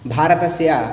भारतस्य